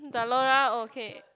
uh Zalora okay